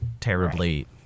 terribly